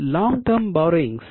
long term borrowings